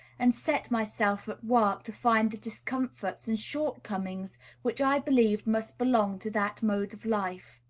and set myself at work to find the discomforts and shortcomings which i believed must belong to that mode of life.